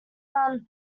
around